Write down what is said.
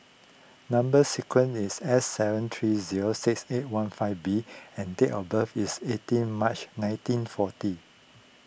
Number Sequence is S seven three zero six eight one five B and date of birth is eighteen March nineteen forty